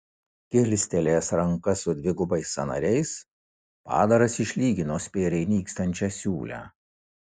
kilstelėjęs rankas su dvigubais sąnariais padaras išlygino spėriai nykstančią siūlę